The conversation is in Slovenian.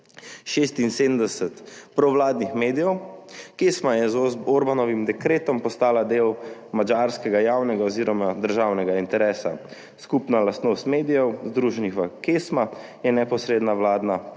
476 provladnih medijev. KESMA je z Orbanovim dekretom postala del madžarskega javnega oziroma državnega interesa. Skupna lastnost medijev, združenih v KESMA, je neposredna vladna podpora